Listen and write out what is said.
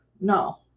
No